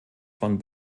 von